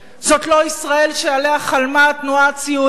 זאת לא ישראל שעליה חלמה התנועה הציונית,